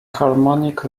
harmonic